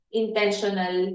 intentional